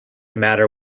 matter